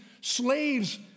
slaves